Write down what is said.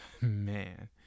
man